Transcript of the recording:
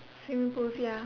swimming pools ya